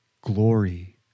glory